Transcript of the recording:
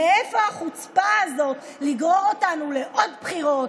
מאיפה החוצפה הזאת לגרור אותנו לעוד בחירות